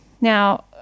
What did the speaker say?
Now